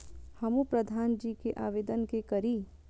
हमू प्रधान जी के आवेदन के करी?